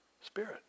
Spirit